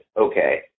okay